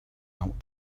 out